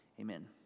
Amen